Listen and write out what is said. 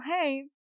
hey